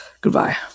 Goodbye